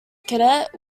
cadet